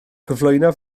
cyflwyno